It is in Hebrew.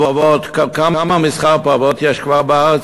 כמה מסחר בפרוות יש כבר בארץ?